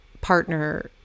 partner